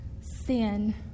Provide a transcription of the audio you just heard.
Sin